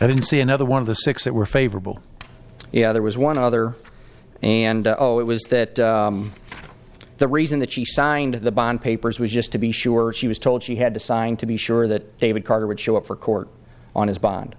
i didn't see another one of the six that were favorable yeah there was one other and oh it was that the reason that she signed the papers was just to be sure she was told she had to sign to be sure that david carter would show up for court on his bond